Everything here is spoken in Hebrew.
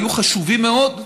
היו חשובים מאוד,